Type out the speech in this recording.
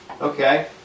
Okay